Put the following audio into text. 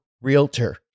realtor